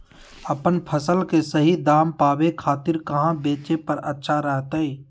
अपन फसल के सही दाम पावे खातिर कहां बेचे पर अच्छा रहतय?